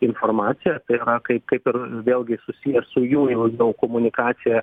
informaciją apie yra kaip kaip ir vėlgi susiję su jų jau jau komunikacija